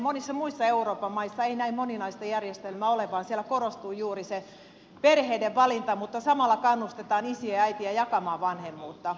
monissa muissa euroopan maissa ei näin moninaista järjestelmää ole vaan siellä korostuu juuri se perheiden valinta mutta samalla kannustetaan isiä ja äitejä jakamaan vanhemmuutta